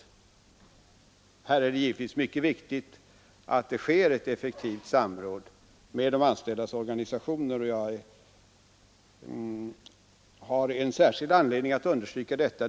Här är det givetvis mycket viktigt att det sker ett effektivt samråd med de anställdas organisationer, och jag har en särskild anledning att understryka detta.